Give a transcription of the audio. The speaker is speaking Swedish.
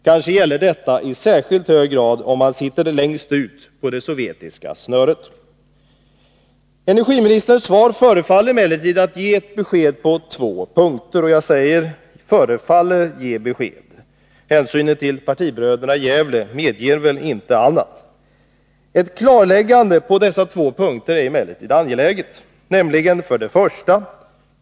Kanske gäller detta i särskilt hög grad om man sitter längst ut på ett sovjetiskt snöre. Energiministerns svar förefaller emellertid ge ett besked på två punkter. Jag säger ”förefaller” ge besked. Hänsynen till partibröderna i Gävle har väl inte ansetts medge klarhet. Ett klarläggande på de två punkterna är emellertid angeläget, och jag frågar: 1.